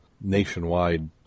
nationwide